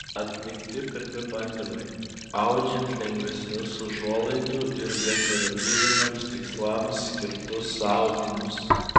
atlikti pirmi bandymai audžiant lengvesnius užuolaidų ir dekoratyviniams tikslams skirtus audinius